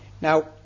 Now